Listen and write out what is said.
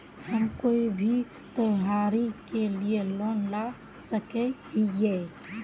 हम कोई भी त्योहारी के लिए लोन ला सके हिये?